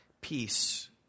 peace